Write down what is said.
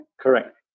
Correct